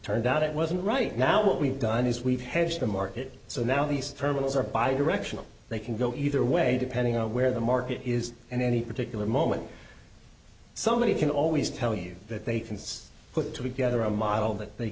turned out it wasn't right now what we've done is we've hedged the market so now these terminals are by directional they can go either way depending on where the market is and any particular moment somebody can always tell you that they can put together a model that they